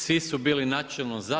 Svi su bili načelno za.